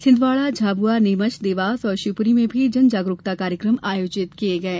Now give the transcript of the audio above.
छिंदवाड़ा झाबुआ नीमच देवास और शिवपुरी में भी जागरूकता कार्यक्रम आयोजित किये गये